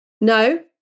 No